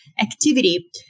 activity